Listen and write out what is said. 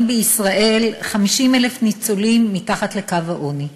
בישראל חיים 50,000 ניצולים מתחת לקו העוני.